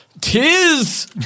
Tis